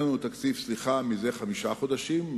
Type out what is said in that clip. אין לנו תקציב זה חמישה חודשים,